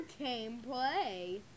gameplay